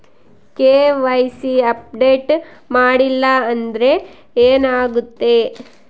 KYC update ಮಾಡಿಲ್ಲ ಅಂದ್ರೆ ಏನಾಗುತ್ತೆ?